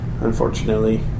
Unfortunately